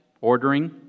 ordering